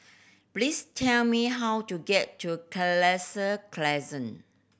please tell me how to get to Crescent